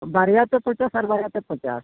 ᱵᱟᱨᱭᱟ ᱛᱮ ᱯᱚᱧᱪᱟᱥ ᱟᱨ ᱵᱟᱨᱭᱟ ᱛᱮ ᱯᱚᱧᱪᱟᱥ